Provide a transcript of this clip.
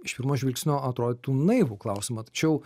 iš pirmo žvilgsnio atrodytų naivų klausimą tačiau